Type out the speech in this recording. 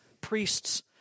priests